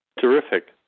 Terrific